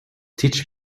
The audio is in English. teach